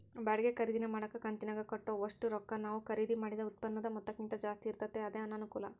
ಬಾಡಿಗೆ ಖರೀದಿನ ಮಾಡಕ ಕಂತಿನಾಗ ಕಟ್ಟೋ ಒಷ್ಟು ರೊಕ್ಕ ನಾವು ಖರೀದಿ ಮಾಡಿದ ಉತ್ಪನ್ನುದ ಮೊತ್ತಕ್ಕಿಂತ ಜಾಸ್ತಿ ಇರ್ತತೆ ಅದೇ ಅನಾನುಕೂಲ